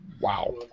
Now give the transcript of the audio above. Wow